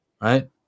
right